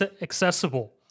accessible